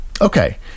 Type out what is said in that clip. Okay